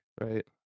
right